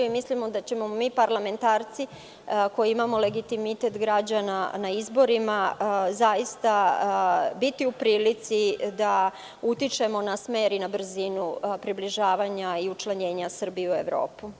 Mislimo da ćemo mi parlamentarci, koji imamo legitimitet građana na izborima, zaista biti u prilici da utičemo na smer i brzinu približavanja i učlanjenja Srbije u Evropu.